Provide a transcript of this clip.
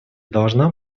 должна